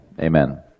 amen